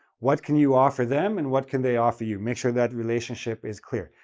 what can you offer them, and what can they offer you, make sure that relationship is clear,